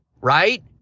right